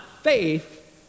faith